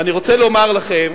ואני רוצה לומר לכם.